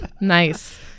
Nice